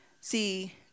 See